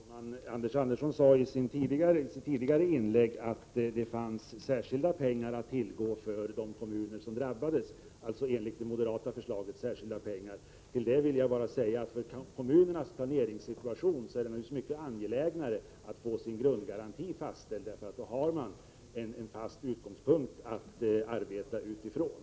Fru talman! Anders Andersson sade att det enligt det moderata förslaget fanns särskilda pengar att tillgå för de kommuner som drabbats. Till det vill jag bara säga att med hänsyn till kommunernas planeringssituation är det naturligtvis mycket angelägnare att få en grundgaranti fastställd, för då har man en fast utgångspunkt att arbeta utifrån.